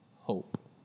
hope